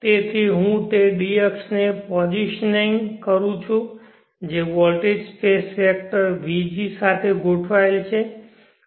તેથી હું તે d અક્ષને પોઝિશનિંગ કરું છું જે વોલ્ટેજ સ્પેસ વેક્ટર vg સાથે ગોઠવાયેલ છે